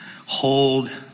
Hold